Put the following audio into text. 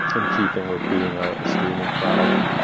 in keeping with being a streaming product.